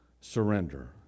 surrender